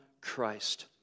Christ